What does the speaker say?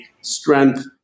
strength